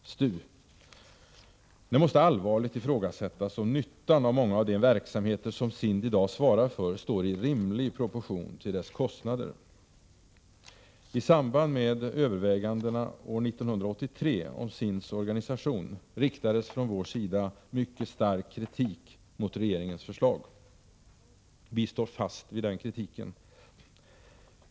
Det måste allvarligt ifrågasättas om nyttan av många av de verksamheter som SIND i dag svarar för står i rimlig proportion till kostnaderna. I samband med övervägandena år 1983 om SINDS:s organisation riktades från vår sida mycket stark kritik mot regeringens förslag. Vi står fast vid den kritiken.